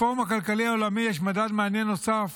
לפורום הכלכלי העולמי יש מדד מעניין נוסף